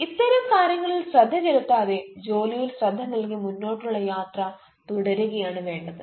ഇത്തരം കാര്യങ്ങളിൽ ശ്രദ്ധ ചെലുത്താതെ ജോലിയിൽ ശ്രദ്ധ നൽകി മുന്നോട്ടുള്ള യാത്ര തുടരുകയാണ് വേണ്ടത്